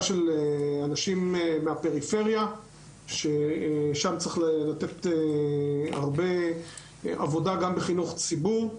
של אנשים מהפריפריה ששם צריך לתת הרבה עבודה גם בחינוך הציבור,